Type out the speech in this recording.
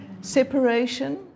separation